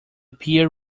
peer